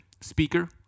speaker